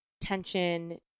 tension